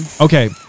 Okay